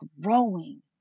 growing